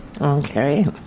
Okay